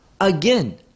Again